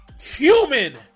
human